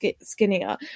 skinnier